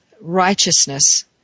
righteousness